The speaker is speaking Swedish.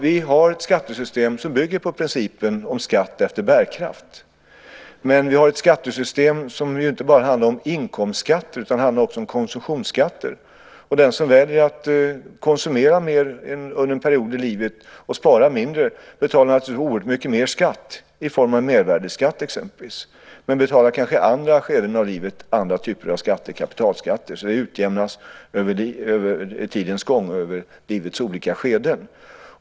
Vi har ett skattesystem som bygger på principen om skatt efter bärkraft. Men det handlar inte bara om inkomstskatter, utan det handlar också om konsumtionsskatter. Den som väljer att konsumera mera under en period i livet och spara mindre betalar naturligtvis oerhört mycket mer skatt i form av exempelvis mervärdesskatt, men i andra skeden av livet betalar han eller hon kanske andra typer av skatter och kapitalskatter. Det utjämnas över livets olika skeden.